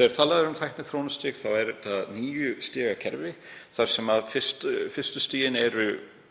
Þegar talað er um tækniþróunarstig er þetta níu stiga kerfi þar sem fyrstu stigin eru